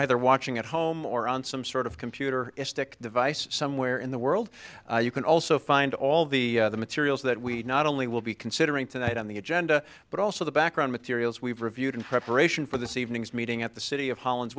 either watching at home or on some sort of computer stick device somewhere in the world you can also find all the materials that we not only will be considering tonight on the agenda but also the background materials we've reviewed in preparation for this evening's meeting at the city of holland's